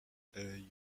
hey